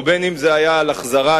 בין אם זה היה על החזרת